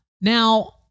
now